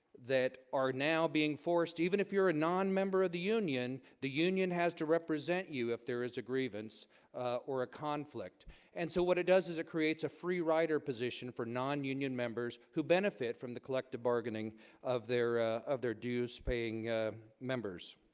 that are now being forced even if you're a non-member of the union the union has to represent you if there is a grievance or a conflict and so what it does is it creates a free rider position for non-union members who benefit from the collective bargaining of? their of their dues paying members